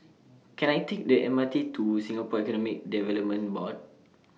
Can I Take The M R T to Singapore Economic Development Board